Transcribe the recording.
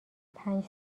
پنج